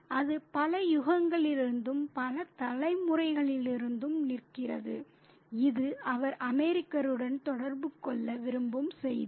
அது பல யுகங்களிலிருந்தும் பல தலைமுறைகளிலிருந்தும் நிற்கிறது இது அவர் அமெரிக்கருடன் தொடர்பு கொள்ள விரும்பும் செய்தி